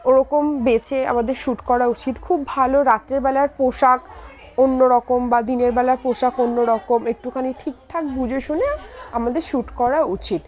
ওরকম বেছে আমাদের শ্যুট করা উচিত খুব ভালো রাত্রে বেলার পোশাক অন্যরকম বা দিনের বেলার পোশাক অন্য রকম একটুখানি ঠিকঠাক বুঝে শুনে আমাদের শ্যুট করা উচিত